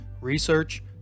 research